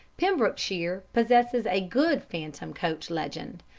pembrokeshire possesses a good phantom coach legend,